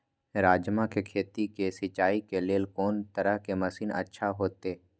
राजमा के खेत के सिंचाई के लेल कोन तरह के मशीन अच्छा होते?